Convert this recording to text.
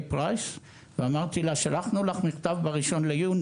פרייס ואמרתי לה - שלחנו לך מכתב ב-01/06.